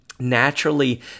Naturally